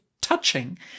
touching